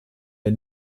der